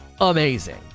amazing